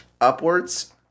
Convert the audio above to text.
upwards